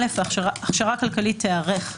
(א)הכשרה כלכלית תיערך,